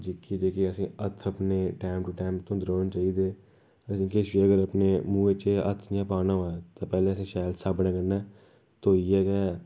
जेह्के असें गी हत्थ अपने टाइम टू टाइम धोंदे रौह्ना चाहिदा असेंगी किश बी अगर अपने मुंह् च हत्थ इ'यां पाना होऐ ते पैह्ले असेंगी शैल साबनै कन्नै धोइये गै